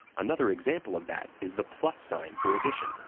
another example of that is the plus sign for addition,